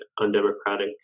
undemocratic